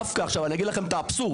דווקא עכשיו, אני אגיד לכם את האבסורד.